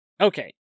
Okay